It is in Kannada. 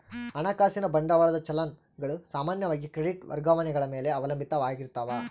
ಹಣಕಾಸಿನ ಬಂಡವಾಳದ ಚಲನ್ ಗಳು ಸಾಮಾನ್ಯವಾಗಿ ಕ್ರೆಡಿಟ್ ವರ್ಗಾವಣೆಗಳ ಮೇಲೆ ಅವಲಂಬಿತ ಆಗಿರ್ತಾವ